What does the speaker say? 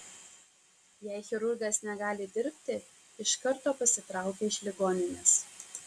jei chirurgas negali dirbti iš karto pasitraukia iš ligoninės